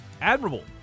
admirable